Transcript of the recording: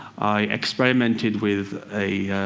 i experimented with a